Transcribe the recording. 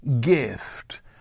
gift